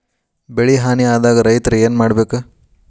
ಬೆಳಿ ಹಾನಿ ಆದಾಗ ರೈತ್ರ ಏನ್ ಮಾಡ್ಬೇಕ್?